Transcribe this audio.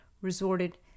resorted